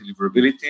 deliverability